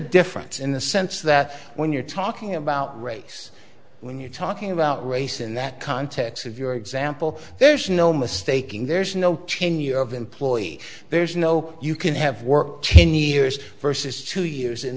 difference in the sense that when you're talking about race when you're talking about race in that context of your example there's no mistaking there's no cheney of employee there's no you can have worked ten years versus two years in